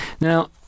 Now